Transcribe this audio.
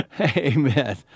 Amen